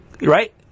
right